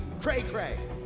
cray-cray